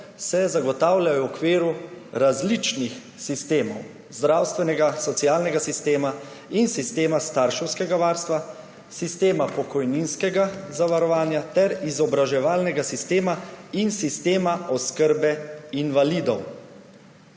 se zagotavljajo v okviru različnih sistemov: zdravstvenega, socialnega sistema in sistema starševskega varstva, sistema pokojninskega zavarovanja ter izobraževalnega sistema in sistema oskrbe invalidov.«